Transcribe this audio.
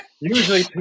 Usually